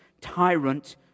tyrant